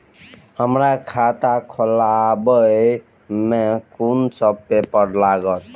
हमरा खाता खोलाबई में कुन सब पेपर लागत?